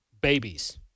babies